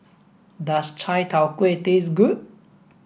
does Chai Tow Kway taste good